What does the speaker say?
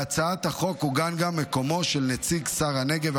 בהצעת החוק עוגן גם מקומו של נציג שר הנגב,